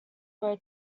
were